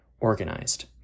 organized